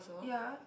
ya